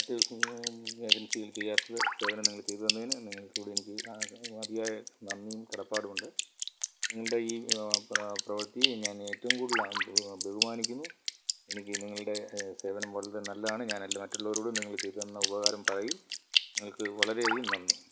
മറ്റ് ഏജൻസികൾ ചെയ്യാത്ത സേവനം നിങ്ങൾ ചെയ്തുതന്നതിന് നിങ്ങൾക്ക് എനിക്ക് അതിയായ നന്ദിയും കടപ്പാടുമുണ്ട് നിങ്ങളുടെ ഈ പ്രവൃത്തിയിൽ ഞാൻ ഏറ്റവും കൂടുതൽ ബഹുമാനിക്കുന്നു എനിക്ക് നിങ്ങളുടെ സേവനം വളരെ നല്ലതാണ് ഞാൻ എല്ലാ മറ്റുള്ളവരോടും നിങ്ങൾ ചെയ്തുതന്ന ഉപകാരം പറയും നിങ്ങൾക്ക് വളരെയധികം നന്ദി